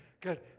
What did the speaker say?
good